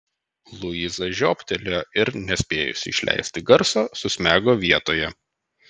luiza žiobtelėjo ir nespėjusi išleisti garso susmego vietoje